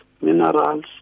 minerals